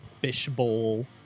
fishbowl